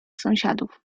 sąsiadów